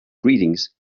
greetings